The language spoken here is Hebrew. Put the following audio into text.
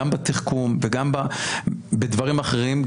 גם בתחכום, וגם בדברים אחרים.